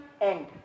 end